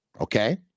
okay